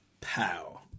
pow